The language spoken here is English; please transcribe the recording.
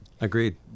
agreed